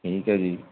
ਠੀਕ ਹੈ ਜੀ